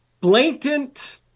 Blatant